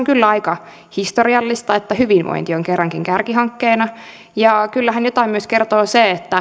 kyllä aika historiallista että hyvinvointi on kerrankin kärkihankkeena ja kyllähän jotain myös kertoo se että